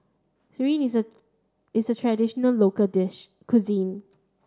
Sireh is a is a traditional local dish cuisine